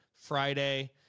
Friday